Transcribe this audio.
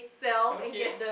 okay